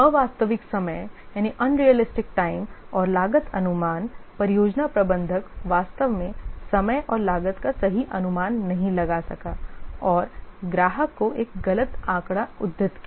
अवास्तविक समय और लागत अनुमान परियोजना प्रबंधक वास्तव में समय और लागत का सही अनुमान नहीं लगा सका और ग्राहक को एक गलत आंकड़ा उद्धृत किया